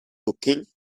cooking